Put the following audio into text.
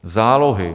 Zálohy